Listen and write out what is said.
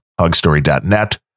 HugStory.net